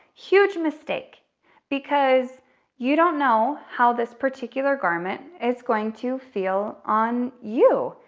huge mistake because you don't know how this particular garment is going to feel on you.